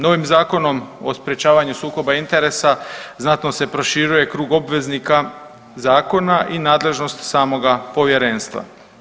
Novim Zakonom o sprječavanju sukoba interesa znatno se proširuje krug obveznika zakona i nadležnost samoga povjerenstva.